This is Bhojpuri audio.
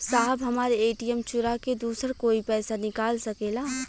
साहब हमार ए.टी.एम चूरा के दूसर कोई पैसा निकाल सकेला?